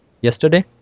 yesterday